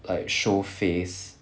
like show face